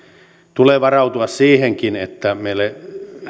tulee varautua siihenkin että meille